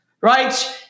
right